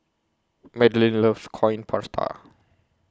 Madelyn loves Coin Prata